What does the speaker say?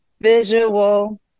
visual